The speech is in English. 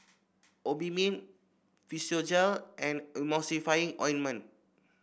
Obimin Physiogel and Emulsying Ointment